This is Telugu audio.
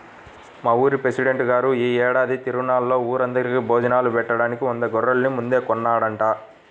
మా ఊరి పెసిడెంట్ గారు యీ ఏడాది తిరునాళ్ళలో ఊరందరికీ భోజనాలు బెట్టడానికి వంద గొర్రెల్ని ముందే కొన్నాడంట